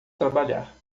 trabalhar